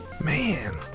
man